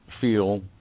feel